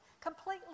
completely